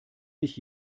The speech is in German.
ich